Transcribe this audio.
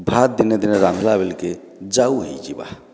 ଭାତ୍ ଦିନେ ଦିନେ ରାନ୍ଧ୍ବା ବେଲେ କେ ଯାଉ ହେଇଯିବା